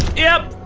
yep,